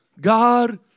God